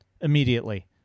immediately